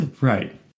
Right